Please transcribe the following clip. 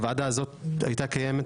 הוועדה הזאת הייתה קיימת,